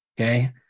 Okay